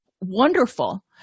wonderful